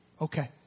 Okay